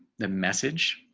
the message.